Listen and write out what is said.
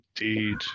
Indeed